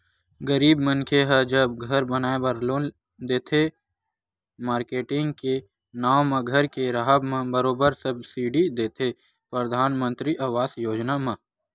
गरीब मनखे ह जब घर बनाए बर लोन देथे त, मारकेटिंग के नांव म घर के राहब म बरोबर सब्सिडी देथे परधानमंतरी आवास योजना म